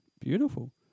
Beautiful